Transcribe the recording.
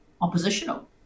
oppositional